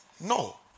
No